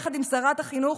יחד עם שרת החינוך,